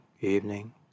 evening